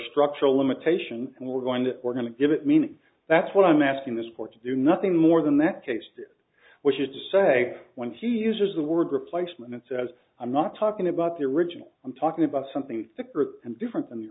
structural limitation and we're going to we're going to give it meaning that's what i'm asking this court to do nothing more than that case which is to say when she uses the word replacement and says i'm not talking about the original i'm talking about something the group and different than